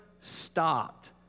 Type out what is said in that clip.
stopped